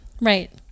Right